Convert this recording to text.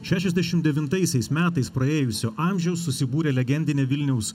šešiasdešim devintaisiais metais praėjusio amžiaus susibūrė legendinė vilniaus